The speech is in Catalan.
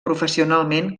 professionalment